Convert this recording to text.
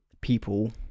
people